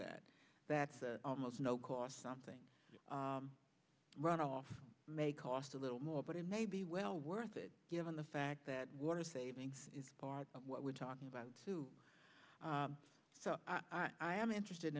that that almost no cost something run off may cost a little more but it may be well worth it given the fact that water saving is part of what we're talking about who i am interested